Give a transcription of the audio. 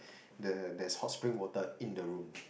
the there's hot spring water in the room